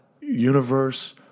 universe